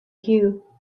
you